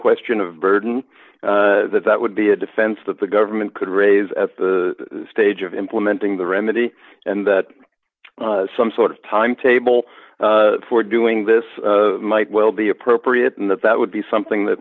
question of burden that that would be a defense that the government could raise at the stage of implementing the remedy and that some sort of timetable for doing this might well be appropriate and that that would be something that